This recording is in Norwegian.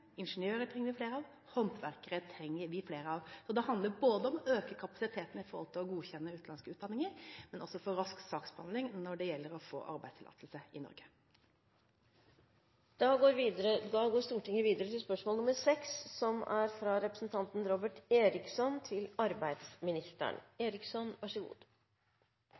håndverkere trenger vi flere av. Det handler om både å øke kapasiteten for å godkjenne utenlandske utdanninger og å få rask saksbehandling når det gjelder å få arbeidstillatelse i Norge. Jeg tillater meg å stille følgende spørsmål til